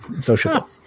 Social